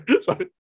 sorry